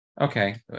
Okay